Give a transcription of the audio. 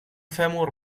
fèmur